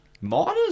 Miners